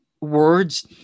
words